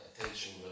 attention